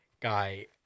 guy